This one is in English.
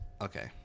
Okay